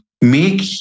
make